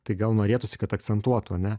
tai gal norėtųsi kad akcentuotų ar ne